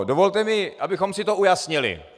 Dovolte mi, abychom si to ujasnili.